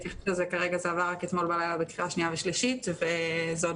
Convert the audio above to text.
זה עבר רק אתמול בלילה בקריאה שנייה ושלישית וזה עוד